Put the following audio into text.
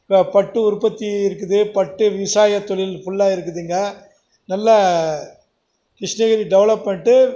பட்டு உற்பத்தி இருக்குது பட்டு விவசாயத்தொழில் ஃபுல்லாக இருக்குதுங்க நல்ல கிருஷ்ணகிரி டெவலப்மெண்ட்டு